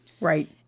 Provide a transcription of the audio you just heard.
Right